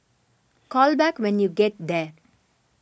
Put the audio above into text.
call back when you get there